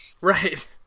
right